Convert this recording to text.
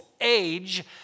age